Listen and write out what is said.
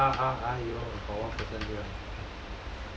ah ah ah ah !aiyo! got one person here